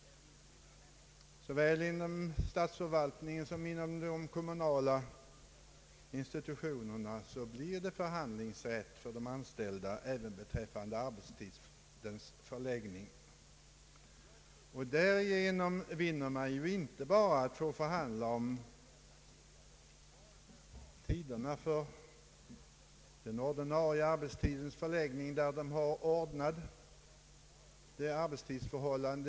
Såväl inom statsförvaltningen som inom de kommunala institutionerna blir det förhandlingsrätt för de anställda även beträffande arbetstidens förläggning. Därigenom vinner man ju inte bara rätten att förhandla om tiderna för dem som har vanlig arbetstid.